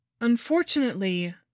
Unfortunately